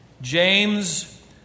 James